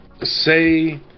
say